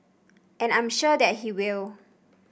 and I'm sure that he will